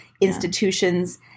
institution's